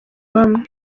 bamwe